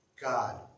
God